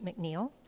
McNeil